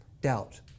doubt